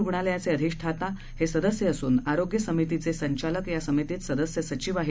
रुग्णालयाचे अधिष्ठाता हे सदस्य असून आरोग्य समितीचे संचालक या समितीत सदस्य सचिव आहेत